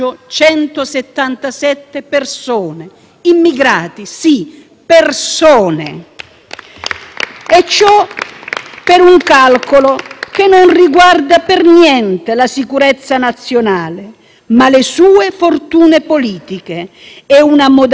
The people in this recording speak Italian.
E ciò per un calcolo che non riguarda per niente la sicurezza nazionale ma le sue fortune politiche. È una modalità da allora divenuta prassi, dovrei dire aberrante, di questo Governo: